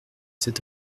cet